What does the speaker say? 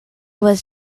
was